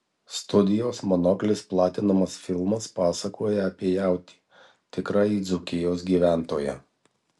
studijos monoklis platinamas filmas pasakoja apie jautį tikrąjį dzūkijos gyventoją